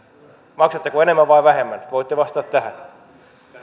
maksatteko enemmän vai vähemmän voitte vastata tähän